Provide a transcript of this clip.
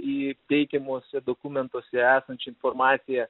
į teikiamuose dokumentuose esančią informaciją